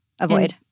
Avoid